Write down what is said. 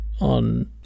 on